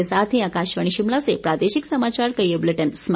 इसी के साथ आकाशवाणी शिमला से प्रादेशिक समाचार का ये बुलेटिन समाप्त हुआ